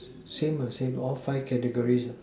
same ah same all five categories ah